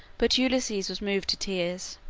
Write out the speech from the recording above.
but ulysses was moved to tears.